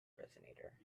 resonator